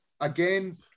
again